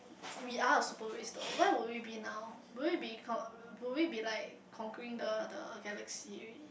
we are a super race door why would we be now would we be would we be like conquering the the galaxy already